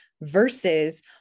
versus